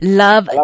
love